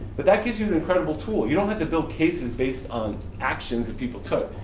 but that gives you an incredible tool. you don't have to build cases based on actions that people took.